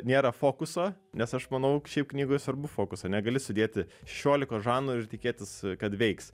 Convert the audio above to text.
nėra fokuso nes aš manau šiaip knygoj svarbu fokuso negali sudėti šešiolikos žanrų ir tikėtis kad veiks